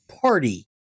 party